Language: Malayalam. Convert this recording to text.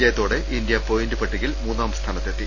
ജയത്തോടെ ഇന്ത്യ പോയന്റ് പട്ടികയിൽ മൂന്നാം സ്ഥാനത്തെത്തി